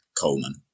Coleman